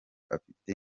afite